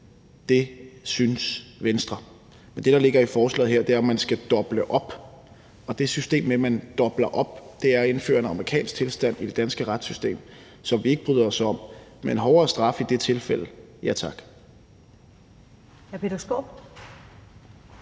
det synes Venstre. Men det, der ligger i forslaget her, er jo, at man skal doble op, og det system med at doble op er at indføre amerikanske tilstande i det danske retssystem, hvilket vi ikke bryder os om. Men ja tak til hårdere straffe i det her tilfælde. Kl.